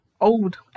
old